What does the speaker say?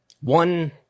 one